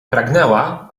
pragnęła